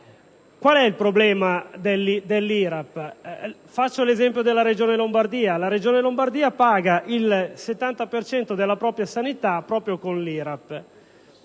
Qual è il problema dell'IRAP? Faccio l'esempio della Regione Lombardia. La Regione Lombardia paga il 70 per cento della propria sanità proprio con l'IRAP.